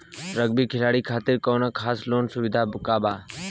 Rugby खिलाड़ी खातिर कौनो खास लोन सुविधा बा का?